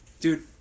dude